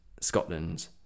Scotland